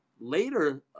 later